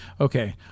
okay-